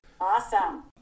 Awesome